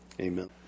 Amen